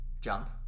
jump